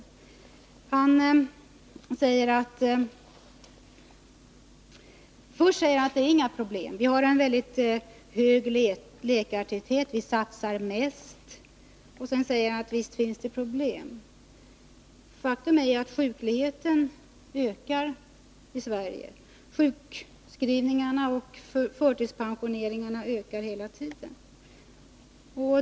Först säger Gabriel Romanus att det inte finns några problem; vi har en väldigt stor läkartäthet, och vi satsar mest. Sedan säger han att visst finns det problem. Faktum är att sjukligheten i Sverige ökar — sjukskrivningarna och förtidspensioneringarna ökar hela tiden.